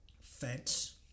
fence